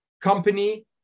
company